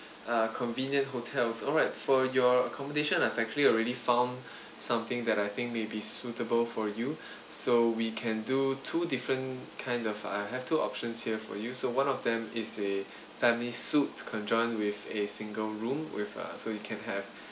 uh convenient hotels alright for your accommodation I've actually already found something that I think may be suitable for you so we can do two different kind of I have two options here for you so one of them is a family suite conjoined with a single room with uh so you can have